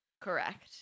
Correct